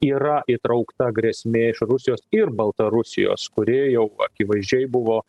yra įtraukta grėsmė iš rusijos ir baltarusijos kuri jau akivaizdžiai buvo